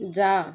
जा